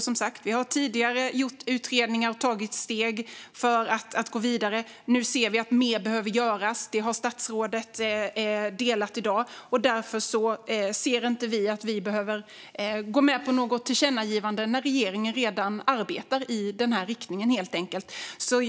Som sagt har vi gjort utredningar tidigare och tagit steg för att gå vidare. Nu ser vi att mer behöver göras. Det sa statsrådet i dag, och därför ser inte vi att vi behöver gå med på något tillkännagivande, då regeringen redan arbetar i denna riktning.